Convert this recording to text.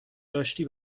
داشتی